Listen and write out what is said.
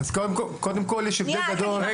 אז קודם כל יש הבדל גדול --- שנייה,